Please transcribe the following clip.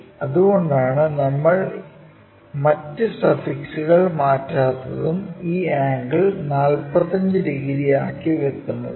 അതുകൊണ്ടാണ് നമ്മൾ മറ്റ് സഫിക്സുകൾ മാറ്റാത്തതും ഈ ആംഗിൾ 45 ഡിഗ്രി ആക്കി വെക്കുന്നതും